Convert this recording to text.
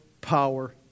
power